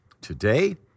today